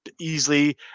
easily